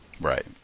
Right